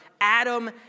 Adam